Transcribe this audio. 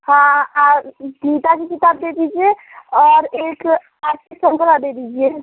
हाँ आप गीता की किताब दे दीजिए और एक आरती संग्रह दे दीजिए